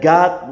God